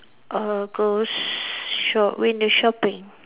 or go s~ shop window shopping